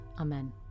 Amen